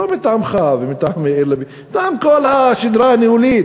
לא מטעמך, מטעם כל השדרה הניהולית,